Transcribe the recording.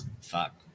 Fuck